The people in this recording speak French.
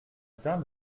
dun